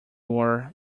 were